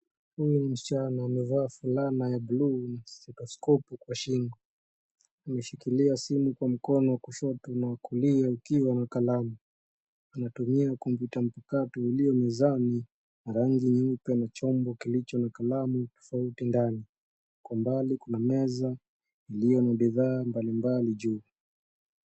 Huyu msichana amevaa fulana ya bluu na mikroskopu kwa shingo. Ameshikilia simu kwa mkono wa kushoto na wa kulia ukiwa na kalamu. Anatumia kompyuta mpakato iliyo mezani ya rangi nyeupe na chombo kilicho na kalamu tofauti ndani. Kwa mbali kuna meza iliyo na bidhaa mbali mbali juu.